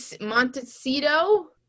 montecito